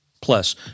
Plus